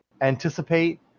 anticipate